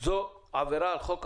זו עבירה על החוק?